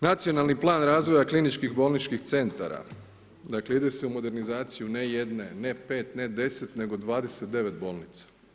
Nacionalni plan razvoja kliničkih bolničkih centara, dakle ide se u modernizaciju ne jedne, ne 5, ne 10, nego 29 bolnica.